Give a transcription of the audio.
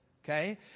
Okay